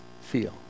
feel